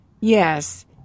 Yes